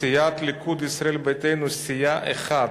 סיעת הליכוד, ישראל ביתנו היא סיעה אחת,